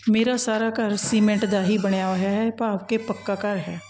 ਮੇਰਾ ਸਾਰਾ ਘਰ ਸੀਮੈਂਟ ਦਾ ਹੀ ਬਣਿਆ ਹੋਇਆ ਹੈ ਭਾਵ ਕਿ ਪੱਕਾ ਘਰ ਹੈ